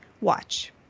Watch